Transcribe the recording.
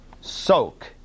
soak